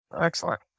Excellent